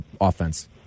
offense